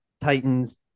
Titans